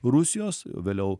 rusijos vėliau